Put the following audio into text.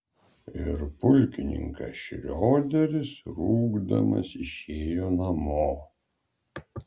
ir pulkininkas šrioderis rūgdamas išėjo namo